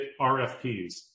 RFPs